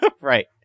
right